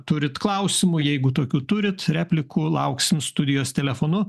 turit klausimų jeigu tokių turit replikų lauksim studijos telefonu